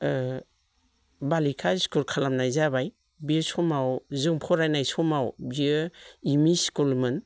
बालिका स्कुल खालामनाय जाबाय बे समाव जों फरायनाय समाव बेयो एम इ स्कुलमोन